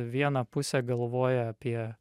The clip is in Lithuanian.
viena pusė galvoja apie